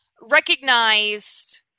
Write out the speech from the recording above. recognized